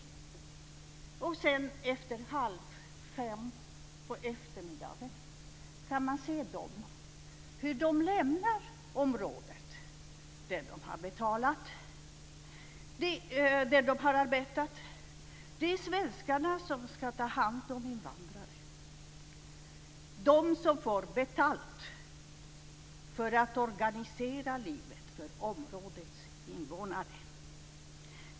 Efter 16.30 kan man se dem igen när de lämnar området. Det är svenskarna som ska ta hand om invandrare, de som får betalt för att organisera livet för områdets invånare.